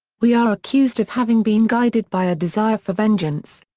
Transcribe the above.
we are accused of having been guided by a desire for vengeance.